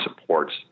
supports